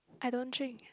I don't drink